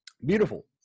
Beautiful